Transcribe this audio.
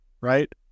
right